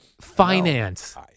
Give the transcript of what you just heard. Finance